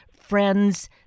friends